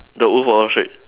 the wolf of wall street